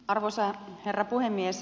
arvoisa herra puhemies